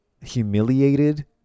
Humiliated